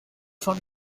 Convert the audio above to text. von